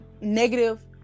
negative